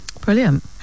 brilliant